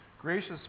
gracious